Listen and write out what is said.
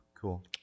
cool